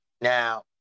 Now